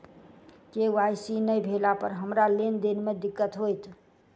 KYC नै भेला पर हमरा लेन देन मे दिक्कत होइत?